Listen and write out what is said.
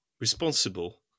responsible